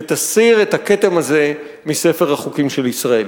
ותסיר את הכתם הזה מספר החוקים של ישראל.